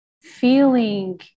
feeling